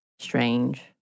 strange